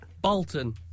Bolton